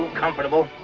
comfortable.